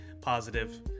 positive